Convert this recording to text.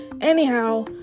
Anyhow